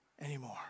anymore